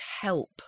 help